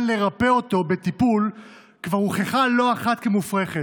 לרפא אותו בטיפול כבר הוכחה לא אחת כמופרכת.